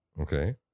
Okay